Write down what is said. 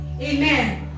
Amen